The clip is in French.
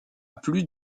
plus